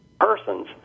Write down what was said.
persons